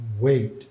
wait